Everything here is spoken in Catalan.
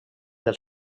del